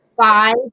Five